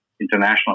International